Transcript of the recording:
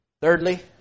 Thirdly